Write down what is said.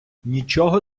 нічого